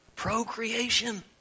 procreation